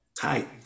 tight